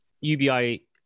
ubi